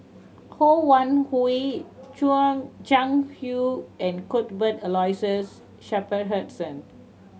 Ho Wan Hui Jiang Hu and Cuthbert Aloysius Shepherdson